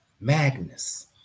Magnus